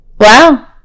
Wow